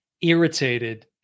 irritated